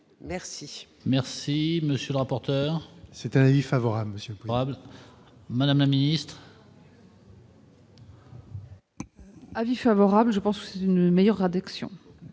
merci. Merci, monsieur le rapporteur, c'est un avis favorable Monsieur probables. Madame la Ministre. Avis favorable, je pense que c'est une meilleure indexation.